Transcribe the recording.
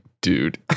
dude